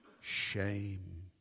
shame